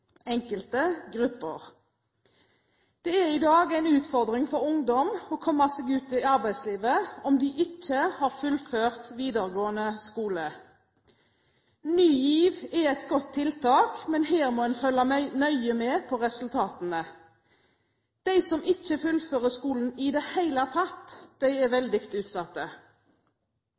enkelte grupper. Det er i dag en utfordring for ungdom å komme seg ut i arbeidslivet om de ikke har fullført videregående skole. Ny GIV er et godt tiltak, men her må en følge nøye med på resultatene. De som ikke fullfører skolen i det hele tatt, er veldig